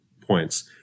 points